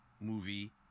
movie